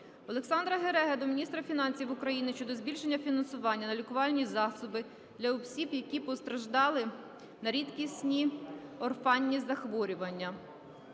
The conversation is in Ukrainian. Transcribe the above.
Олександра Гереги до міністра фінансів України щодо збільшення фінансування на лікувальні засоби для осіб, які постраждали на рідкісні (орфанні) захворювання.